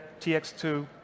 TX2